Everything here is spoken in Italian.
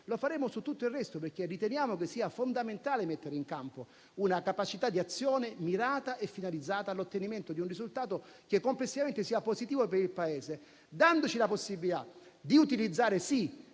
- faremo su tutto il resto. Riteniamo infatti fondamentale mettere in campo una capacità di azione mirata e finalizzata all'ottenimento di un risultato complessivamente positivo per il Paese, dandoci la possibilità di utilizzare, sì,